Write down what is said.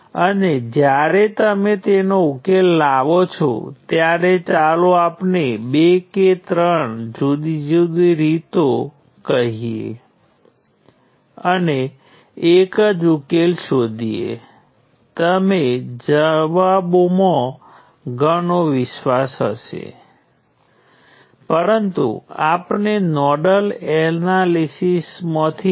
વાસ્તવમાં આ રેઝિસ્ટર જેવું જ હશે નિયંત્રિત નોડ સાથે રેઝિસ્ટરને વોલ્ટેજ નિયંત્રણ કરંટ સ્ત્રોત તરીકે પણ વિચારી શકાય અને નિયંત્રણ નોડને એકસાથે લઈ શકાય છે